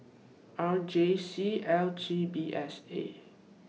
R J C L T P S A